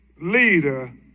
leader